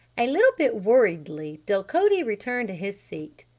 a little bit worriedly delcote returned to his seat.